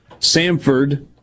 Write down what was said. Samford